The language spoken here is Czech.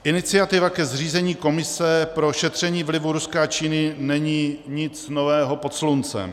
Iniciativa ke zřízení komise pro šetření vlivu Ruska a Číny není nic nového pod sluncem.